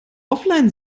offline